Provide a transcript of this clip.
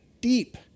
deep